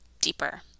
deeper